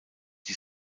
die